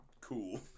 cool